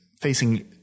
facing